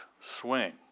swing